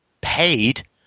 paid